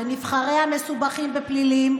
ונבחריה מסובכים בפלילים,